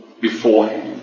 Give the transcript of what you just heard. beforehand